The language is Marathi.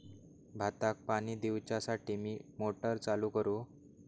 भाताक पाणी दिवच्यासाठी मी मोटर चालू करू?